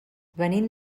venim